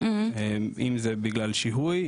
אם זה בגלל שיהוי,